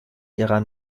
ihrer